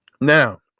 Now